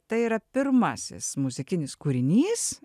tai yra pirmasis muzikinis kūrinys